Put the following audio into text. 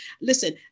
listen